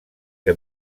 que